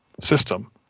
system